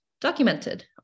documented